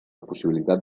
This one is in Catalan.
possibilitat